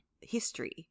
history